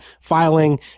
filing